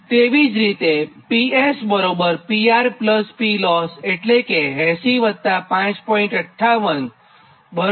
તેવી જ રીતે PS PR P LOSS એટલે કે 80 5